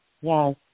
Yes